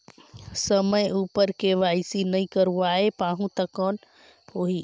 समय उपर के.वाई.सी नइ करवाय पाहुं तो कौन होही?